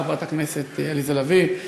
חברת הכנסת עליזה לביא,